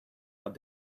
are